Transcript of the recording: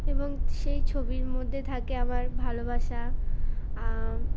এবং সেই ছবির মধ্যে থাকে আমার ভালোবাসা